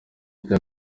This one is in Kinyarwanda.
cya